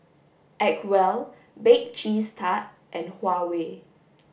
acwell bake cheese tart and Huawei